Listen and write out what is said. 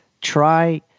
try